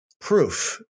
proof